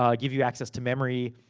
um give you access to memory.